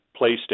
PlayStation